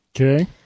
Okay